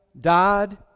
died